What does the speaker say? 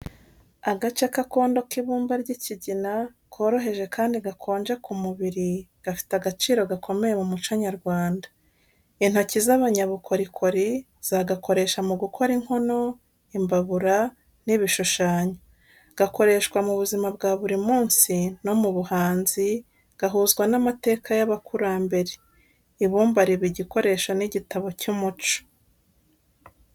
Agace k’akondo k'ibumba ry’ikigina, koroheje kandi gakonje ku mubiri, gafite agaciro gakomeye mu muco nyarwanda. Intoki z'abanyabukorikori zagakoresha mu gukora inkono, imbabura n’ibishushanyo. Gakoreshwa mu buzima bwa buri munsi no mu buhanzi, gahuzwa n’amateka y’abakurambere. Ibumba riba igikoresho n’igitabo cy’umuco.